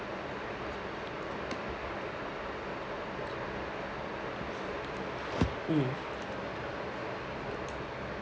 mm